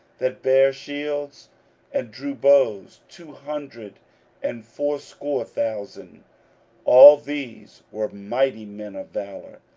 that bare shields and drew bows, two hundred and fourscore thousand all these were mighty men of valour.